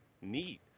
neat